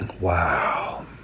Wow